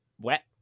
wet